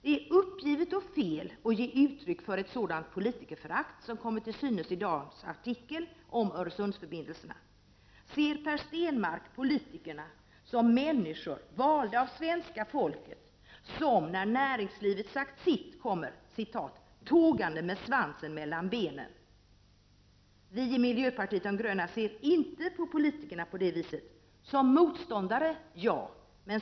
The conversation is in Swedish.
Det är uppgivet och fel att ge uttryck för ett sådant politikerförakt som kommer till uttryck i dagens artikel om Öresundsförbindelserna. Ser Per Stenmarck politiker som människor, valda av svenska folket, som när näringslivet sagt sitt kommer ”tågande med svansen mellan benen”, som det står i artikeln? Vi i miljöpartiet de gröna ser inte på politikerna på det sättet. Som motståndare — ja.